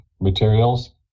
materials